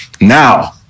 Now